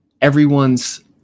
everyone's